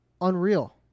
unreal